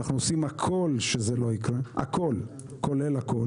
אנחנו עושים הכול כולל הכול